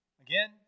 Again